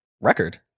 record